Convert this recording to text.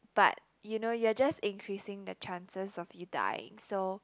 but you know you're just increasing the chances of you dying so